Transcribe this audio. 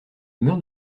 meurs